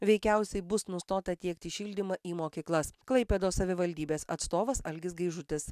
veikiausiai bus nustota tiekti šildymą į mokyklas klaipėdos savivaldybės atstovas algis gaižutis